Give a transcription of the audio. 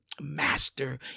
master